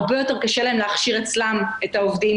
הרבה יותר קשה להם להכשיר אצלם את העובדים